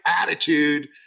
attitude